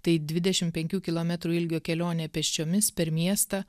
tai dvidešimt penkių kilometrų ilgio kelionė pėsčiomis per miestą